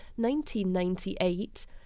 1998